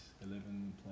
Eleven